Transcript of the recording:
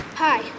Hi